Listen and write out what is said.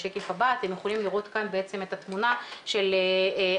אתם יכולים לראות כאן בעצם את התמונה של בדיקות